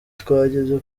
twageze